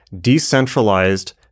Decentralized